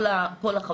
כל החבילה ביחד.